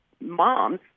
moms